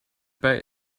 bei